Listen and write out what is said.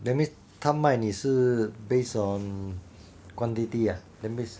that means 他卖你是 based on quantity ah that means